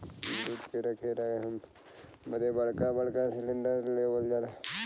दूध के रखे बदे बड़का बड़का सिलेन्डर लेवल जाला